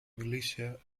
militia